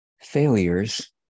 failures